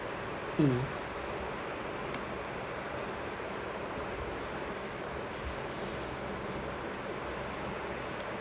mm